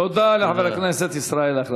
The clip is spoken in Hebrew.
תודה לחבר הכנסת ישראל אייכלר.